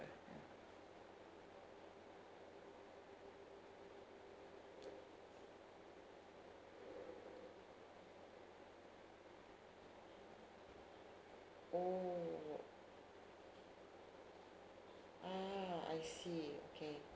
oh ah I see okay